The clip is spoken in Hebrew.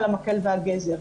על המקל והגזר.